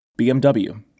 BMW